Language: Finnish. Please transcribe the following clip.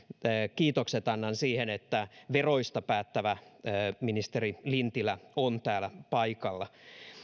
kiitokset annan siitä että veroista päättävä ministeri lintilä on täällä paikalla